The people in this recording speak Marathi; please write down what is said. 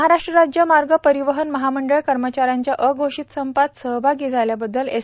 महाराष्ट्र राज्य मार्ग परिवहन महामंडळ कर्मचाऱ्यांच्या अषोषित संपात सहभागी झाल्याबद्दल एस